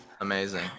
Amazing